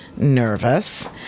nervous